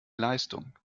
leistung